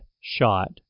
shot